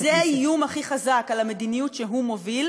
כי זה האיום הכי חזק על המדיניות שהוא מוביל,